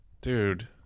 Dude